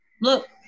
look